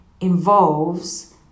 involves